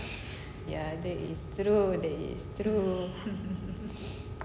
ya that is true that is true